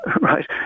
right